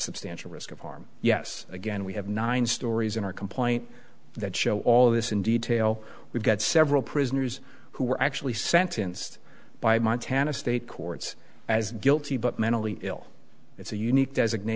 substantial risk of harm yes again we have nine stories in our complaint that show all of this in detail we've got several prisoners who were actually sentenced by montana state courts as guilty but mentally ill it's a unique designat